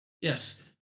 Yes